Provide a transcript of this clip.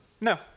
no